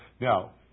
Now